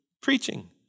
preaching